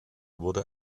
wurde